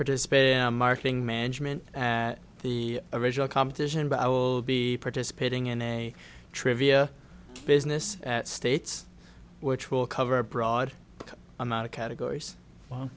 participate in marketing management the original competition but i will be participating in a trivia business at states which will cover a broad amount of categories